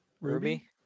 Ruby